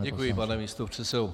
Děkuji, pane místopředsedo.